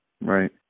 Right